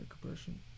compression